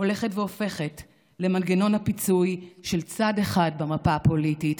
הולכת והופכת למנגנון הפיצוי של צד אחד במפה הפוליטית,